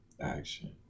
action